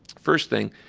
first thing,